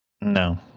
No